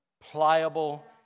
pliable